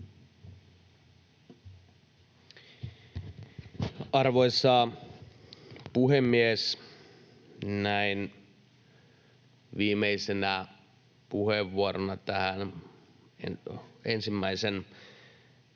Arvoisa puhemies! Näin viimeisenä puheenvuorona tähän Orpon